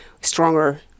stronger